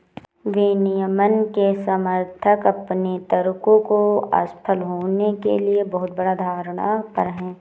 विनियमन के समर्थक अपने तर्कों को असफल होने के लिए बहुत बड़ा धारणा पर हैं